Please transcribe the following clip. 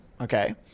okay